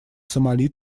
сомали